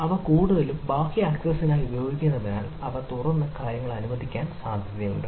ഇവ കൂടുതലും ബാഹ്യ ആക്സസ്സിനായി ഉപയോഗിക്കുന്നതിനാൽ അവ തുറന്ന് കാര്യങ്ങൾ അനുവദിക്കാൻ സാധ്യതയുണ്ട്